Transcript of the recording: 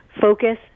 Focus